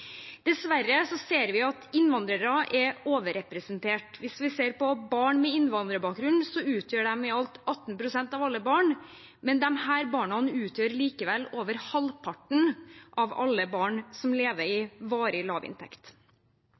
Dessverre ser vi at innvandrere er overrepresentert. Hvis vi ser på barn med innvandrerbakgrunn, utgjør de i alt 18 pst. av alle barn, men de barna utgjør likevel over halvparten av alle barn som lever i varig lavinntekt.